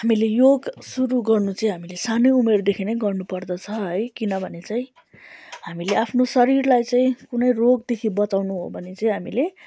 हामीले योग सुरु गर्नु चाहिँ हामीले सानै उमेरदेखि नै गर्नु पर्दछ है किनभने चाहिँ हामीले आफ्नो शरीरलाई चाहिँ कुनै रोगदेखि बचाउनु हो भने चाहिँ हामीले